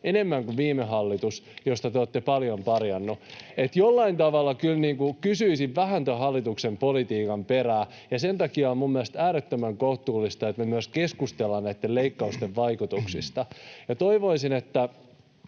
enemmän kuin viime hallitus, jota te olette paljon parjannut. Että jollain tavalla kyllä kysyisin vähän tämän hallituksen politiikan perään, ja sen takia on minun mielestäni äärettömän kohtuullista, että me myös keskustellaan näitten leikkausten vaikutuksista. Toivoisin, että